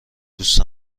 دوست